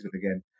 again